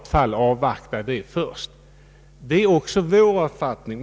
Det är också vår uppfattning.